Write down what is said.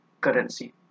currency